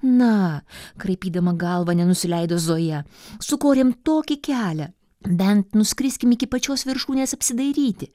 na kraipydama galvą nenusileido zoja sukorėm tokį kelią bent nuskriskim iki pačios viršūnės apsidairyti